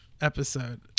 episode